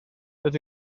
rydw